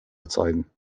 erzeugen